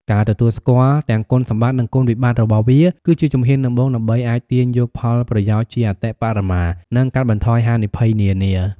ការទទួលស្គាល់ទាំងគុណសម្បត្តិ និងគុណវិបត្តិរបស់វា គឺជាជំហានដំបូងដើម្បីអាចទាញយកផលប្រយោជន៍ជាអតិបរមា និងកាត់បន្ថយហានិភ័យនានា។